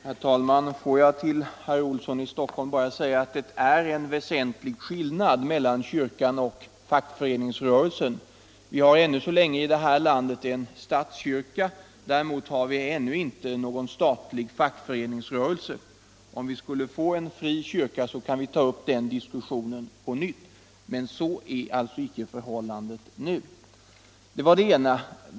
Herr talman! Låt mig säga två saker till herr Olsson i Stockholm. Det är en väsentlig skillnad mellan kyrkan och fackföreningsrörelsen. Vi har i det här landet en statskyrka. Däremot har vi inte någon statlig fackföreningsrörelse. Om vi skulle få en fri kyrka så kan vi ta upp den här diskussionen på nytt, men så är alltså icke förhållandet nu. Det var det ena.